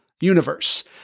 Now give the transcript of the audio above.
universe